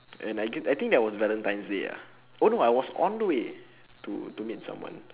and I think I think that was valentines day ah oh no I was on the way to to meet someone